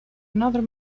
another